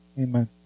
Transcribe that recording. amen